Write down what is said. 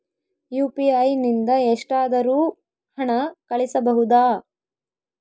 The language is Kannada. ಯು.ಪಿ.ಐ ನಿಂದ ಎಷ್ಟಾದರೂ ಹಣ ಕಳಿಸಬಹುದಾ?